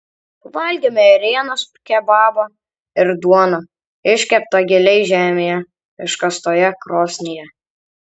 valgėme ėrienos kebabą ir duoną iškeptą giliai žemėje iškastoje krosnyje